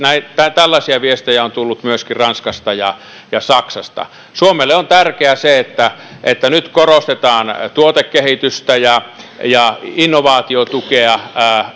tällaisia viestejä on tullut myöskin ranskasta ja ja saksasta suomelle on tärkeää se että että nyt korostetaan tuotekehitystä ja ja innovaatiotukea